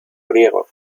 griego